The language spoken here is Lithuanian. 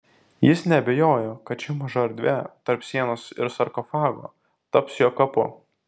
jis neabejojo kad ši maža erdvė tarp sienos ir sarkofago taps jo kapu